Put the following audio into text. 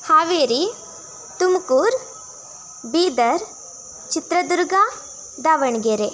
Haveri Tumkur Bidar Chitradurga Davanagere